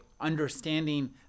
understanding